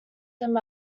them